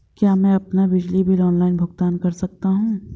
क्या मैं अपना बिजली बिल ऑनलाइन भुगतान कर सकता हूँ?